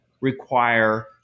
require